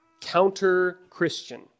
counter-Christian